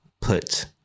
put